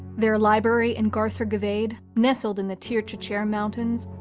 their library in garthur gvaed, nestled in the tir tochair mountains,